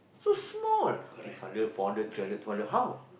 so small six hundred four hundred three hundred two hundred how